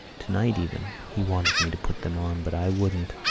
tonight even, he wanted me to put them on, but i wouldn't.